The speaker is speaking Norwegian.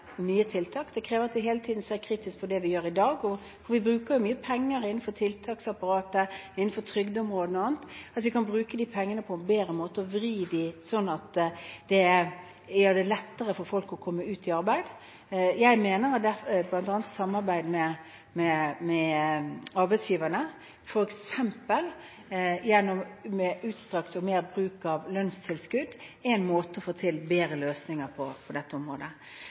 nye tiltak, det krever at vi hele tiden ser kritisk på det vi gjør i dag – vi bruker mye penger innenfor tiltaksapparatet, innenfor trygdeområdene og annet – at vi kan bruke de pengene på en bedre måte og vri dem slik at det gjør det lettere for folk å komme ut i arbeid. Jeg mener bl.a. at samarbeid med arbeidsgiverne, f.eks. med utstrakt og mer bruk av lønnstilskudd, er en måte å få til bedre løsninger på på dette området.